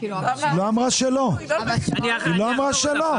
היא לא אמרה שלא.